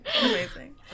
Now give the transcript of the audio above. Amazing